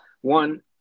one